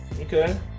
okay